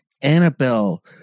Annabelle